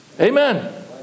amen